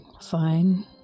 Fine